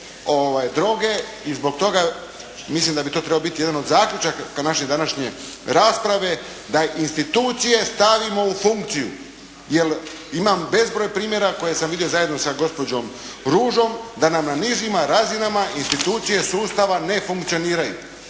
i zbog toga mislim da bi to trebao biti jedan od zaključaka naše današnje rasprave da institucije stavimo u funkciju jer imam bezbroj primjera koje sam vidio zajedno sa gospođom Ružom da nam na nižim razinama institucije sustava ne funkcioniraju.